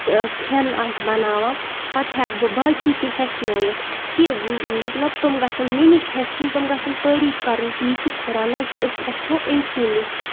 کھٮ۪ن آسہِ بَناوان پَتہٕ ہٮ۪کہٕ بہٕ باقٕے تہِ ہٮ۪چھنٲیِتھ کہِ مطلب تِم گژھن مےٚ نِش ہٮ۪چھِنۍ تِم گژھن تعاریٖف کَرٕنۍ کہِ یہِ کیُتھ چھِ رَنان أسۍ ہٮ۪چھو أمۍ سی نِش